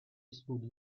studi